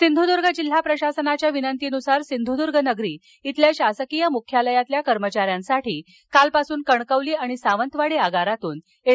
सिंधुद्र्ग जिल्हा प्रशासनाच्या विनंतीनुसार सिंधुद्र्गनगरी इथल्या शासकीय मुख्यालयातल्या कर्मचाऱ्यांसाठी कालपासून कणकवली आणि सावंतवाडी आगारातून एस